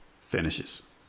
finishes